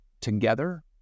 together